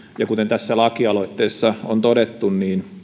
ja kuten tässä lakialoitteessa on todettu